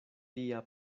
lia